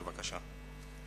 בבקשה.